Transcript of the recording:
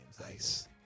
Nice